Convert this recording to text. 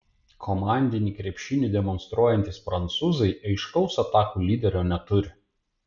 komandinį krepšinį demonstruojantys prancūzai aiškaus atakų lyderio neturi